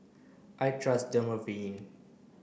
I trust Dermaveen